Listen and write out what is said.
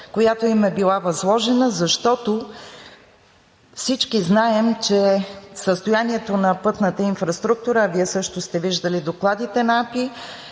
която им е била възложена, защото всички знаем, че състоянието на пътната инфраструктура, а Вие също сте виждали докладите на АПИ,